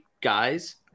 guys